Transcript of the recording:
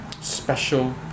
special